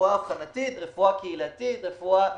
ברפואה אבחנתית, רפואה קהילתית, רפואה מזהה.